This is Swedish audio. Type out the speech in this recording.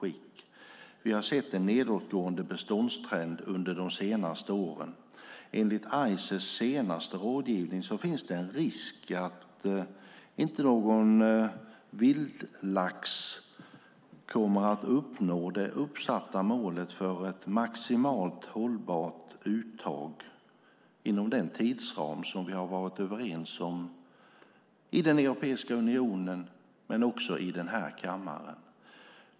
Vi har sett en nedåtgående beståndstrend under de senaste åren. Enligt Ices senaste rådgivning finns det risk att ingen vildlax kommer att uppnå det uppsatta målet för ett maximalt hållbart uttag inom den tidsram som vi har varit överens om i Europeiska unionen och också i denna kammare.